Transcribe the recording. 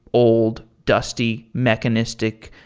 old, dusty, mechanistic,